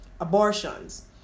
abortions